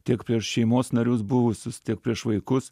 tiek per šeimos narius buvusius tiek prieš vaikus